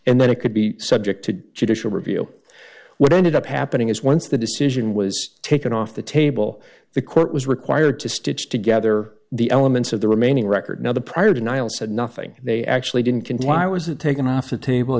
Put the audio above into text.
and then it could be subject to judicial review what ended up happening is once the decision was taken off the table the court was required to stitch together the elements of the remaining record now the prior denial said nothing they actually didn't comply was it taken off the table